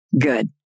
Good